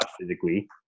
physically